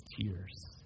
tears